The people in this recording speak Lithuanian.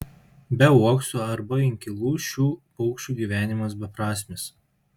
be uoksų arba inkilų šių paukščių gyvenimas beprasmis